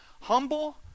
humble